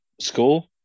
school